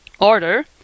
Order